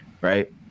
right